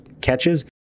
catches